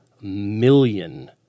million